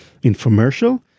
infomercial